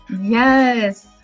Yes